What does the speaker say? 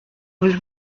was